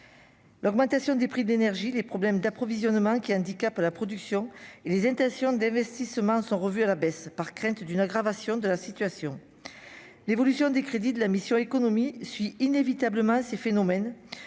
l'augmentation des prix de l'énergie, les problèmes d'approvisionnement qui handicape la production et les intentions d'investissement sont revus à la baisse par crainte d'une aggravation de la situation, l'évolution des crédits de la mission Économie suit inévitablement à ces phénomènes,